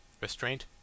Restraint